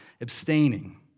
abstaining